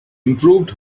improved